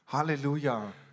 Hallelujah